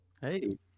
Hey